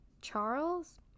Charles